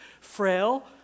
frail